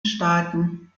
staaten